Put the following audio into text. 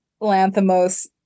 Lanthimos